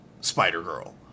Spider-Girl